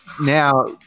Now